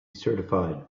certified